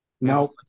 no